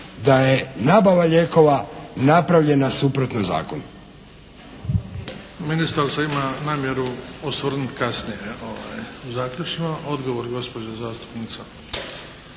da je nabava lijekova napravljena suprotno zakonu.